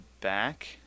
back